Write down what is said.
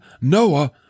Noah